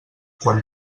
quan